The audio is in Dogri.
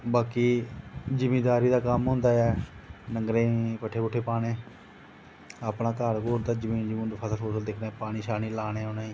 बाकी जिमींदारी दा कम्म होंदा ऐ पट्ठे पाने अपना घर दा ते फसल जमीन दा निशानी लानी उनेंगी